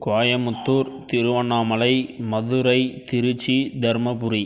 Coimbatore Tiruvannamalai Madurai Trichy Dharmapuri